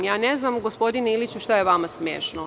Ne znam, gospodine Iliću, šta je vama smešno?